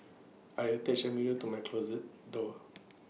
I attached A mirror to my closet door